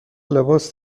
لباس